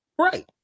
right